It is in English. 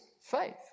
faith